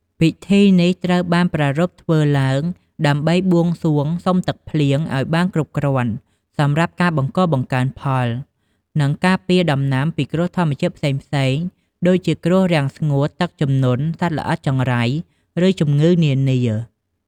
ពិធីនេះត្រូវបានប្រារព្ធធ្វើឡើង ដើម្បីបួងសួងសុំទឹកភ្លៀងឱ្យបានគ្រប់គ្រាន់សម្រាប់ការបង្កបង្កើនផល និង ការពារដំណាំពីគ្រោះធម្មជាតិផ្សេងៗ ដូចជាគ្រោះរាំងស្ងួត ទឹកជំនន់ សត្វល្អិតចង្រៃ ឬជំងឺនានា។